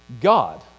God